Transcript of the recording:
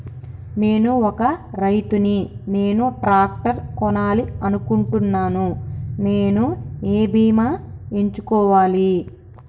నేను ఒక రైతు ని నేను ట్రాక్టర్ కొనాలి అనుకుంటున్నాను నేను ఏ బీమా ఎంచుకోవాలి?